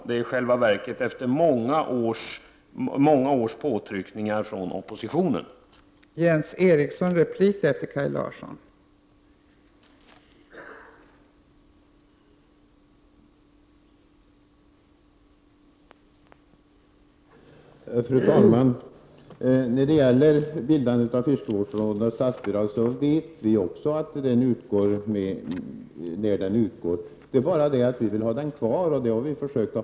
Det är i själva verket efter många års påtryckningar från oppositionen som man har gjort det.